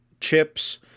chips